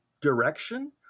direction